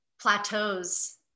plateaus